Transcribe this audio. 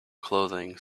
clothing